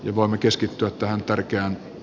me voimme keskittyä tähän tärkeään